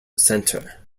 centre